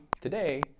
today